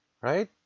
right